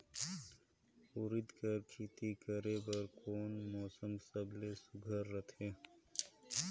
उरीद कर खेती करे बर कोन मौसम सबले सुघ्घर रहथे?